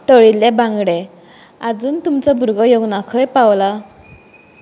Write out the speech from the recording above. तळिल्ले बांगडे आजून तुमचो भुरगो येवंक ना खंय पावला